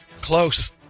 Close